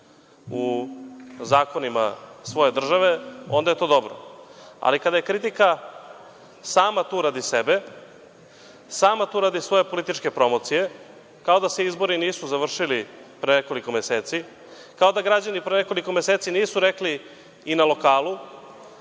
u zakonima svoje države, onda je to dobro, ali kada je kritika sama tu radi sebe, sama tu radi svoje političke promocije, kao da se izbori nisu završili pre nekoliko meseci, kao da građani pre nekoliko meseci nisu rekli i na lokalu,